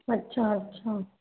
अच्छा अच्छा